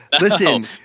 listen